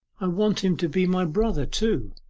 i want him to be my brother, too.